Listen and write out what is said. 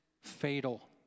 fatal